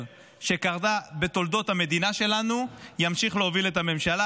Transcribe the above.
שקרה בתולדות המדינה שלנו ימשיך להוביל את הממשלה.